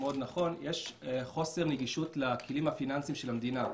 מאוד נכון יש חוסר נגישות לכלים הפיננסיים של המדינה.